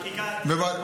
בכל הפגרות.